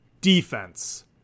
defense